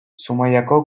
zumaiako